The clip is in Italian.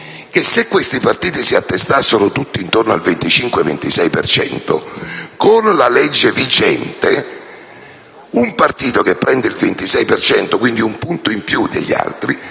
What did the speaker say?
se questi partiti si attestassero tutti intorno al 25-26 per cento, con la legge vigente un partito che prendesse il 26 per cento, quindi un punto in più degli altri,